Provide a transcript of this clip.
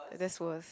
ya that's worse